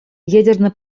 ядерная